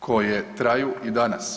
koje traju i danas.